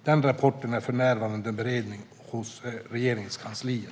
Den rapporten är för närvarande under beredning i Regeringskansliet.